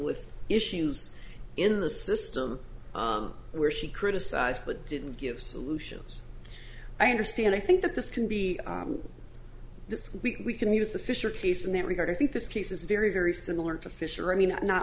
with issues in the system where she criticized but didn't give solutions i understand i think that this can be this we can use the fisher case in that regard i think this case is very very similar to fisher i mean not